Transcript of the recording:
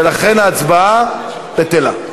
ולכן ההצבעה בטלה.